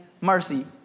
mercy